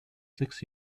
sechs